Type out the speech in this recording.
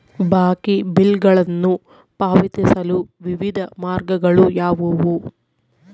ಬಾಕಿ ಬಿಲ್ಗಳನ್ನು ಪಾವತಿಸಲು ವಿವಿಧ ಮಾರ್ಗಗಳು ಯಾವುವು?